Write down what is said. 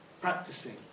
practicing